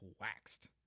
waxed